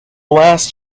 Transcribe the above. last